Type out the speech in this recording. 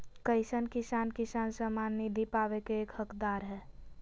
कईसन किसान किसान सम्मान निधि पावे के हकदार हय?